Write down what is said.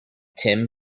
tim